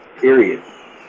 period